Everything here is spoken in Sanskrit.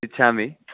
इच्छामि